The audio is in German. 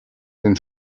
den